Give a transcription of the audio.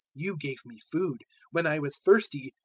you gave me food when i was thirsty,